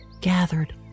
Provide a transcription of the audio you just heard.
gathered